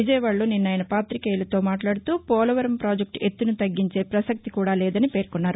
విజయవాడలో నిన్న ఆయన పాతికేయులతో మాట్లాడుతూ పోలవరం ప్రాజెక్టు ఎత్తును తగ్గించే ప్రసక్తి కూడా లేదని పేర్కొన్నారు